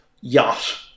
yacht